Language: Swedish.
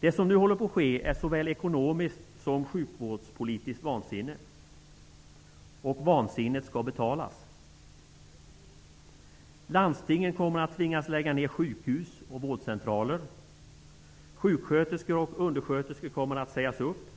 Det som nu håller på ske är såväl ekonomiskt som sjukvårdspolitiskt vansinne. Vansinnet skall betalas. Landstingen kommer att tvingas lägga ned sjukhus och vårdcentraler. Sjuksköterskor och undersköterskor kommer att sägas upp.